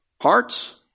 hearts